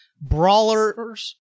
brawlers